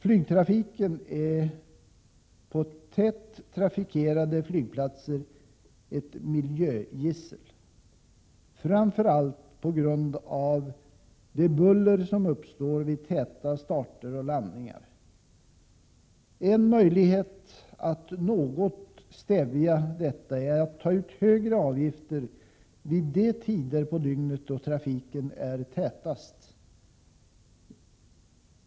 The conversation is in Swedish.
Flygtrafiken är på tätt trafikerade flygplatser ett miljögissel, framför allt på grund av det buller som uppstår vid täta starter och landningar. En möjlighet att något stävja detta är att ta ut högre avgifter vid de tider på dygnet då trafiken är tätast.